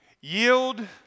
yield